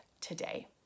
today